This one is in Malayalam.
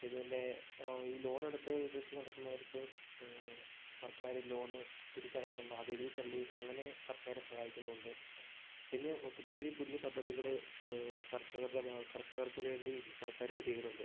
ഇത് പിന്നെ ഈ ലോൺ എടുത്തു കൃഷി നടത്തുന്നവർക്ക് സർക്കാർ ലോൺ തിരിച്ചടക്കണ്ട അതു എഴുതി തള്ളി അങ്ങനെ കർഷകരെ സഹായിക്കുന്നും ഉണ്ട് പിന്നെ ഒത്തിരി ഒത്തിരി പുതിയ പദ്ധതികൾ കർഷകരുടെ ഭാഗ കർഷകർക്കു വേണ്ടി സർക്കാരുകൾ ചെയ്യുന്നുണ്ട്